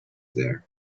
there